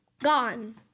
gone